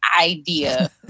idea